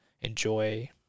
enjoy